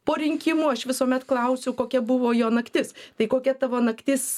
po rinkimų aš visuomet klausiu kokia buvo jo naktis tai kokia tavo naktis